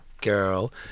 girl